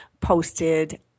posted